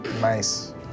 Nice